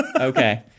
Okay